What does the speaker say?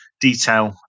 detail